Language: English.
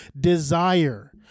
desire